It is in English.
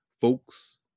folks